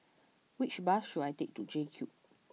which bus should I take to J Cube